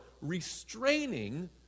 restraining